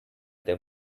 there